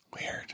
Weird